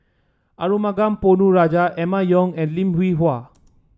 Arumugam Ponnu Rajah Emma Yong and Lim Hwee Hua